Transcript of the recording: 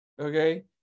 okay